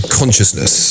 consciousness